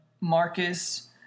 Marcus